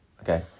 Okay